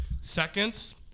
seconds